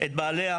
את בעליה,